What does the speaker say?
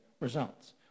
results